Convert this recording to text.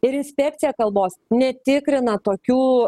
ir inspekcija kalbos netikrina tokių